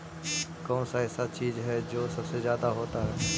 कौन सा ऐसा चीज है जो सबसे ज्यादा होता है?